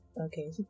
okay